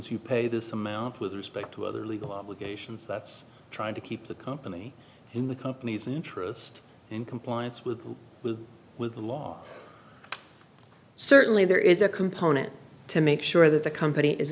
you pay this amount with respect to other legal obligations that's trying to keep the company in the company's interest in compliance with with with the law certainly there is a component to make sure that the company is